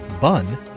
bun